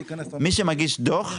מי שמגיש דוח,